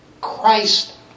Christ